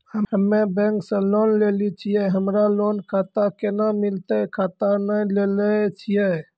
हम्मे बैंक से लोन लेली छियै हमरा लोन खाता कैना मिलतै खाता नैय लैलै छियै?